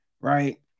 right